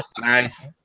Nice